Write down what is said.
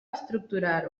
estructurar